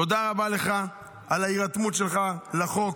תודה רבה לך על ההירתמות שלך לחוק.